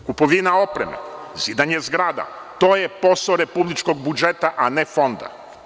Kupovina opreme, zidanje zgrada, to je posao Republičkog budžeta, a ne Fonda.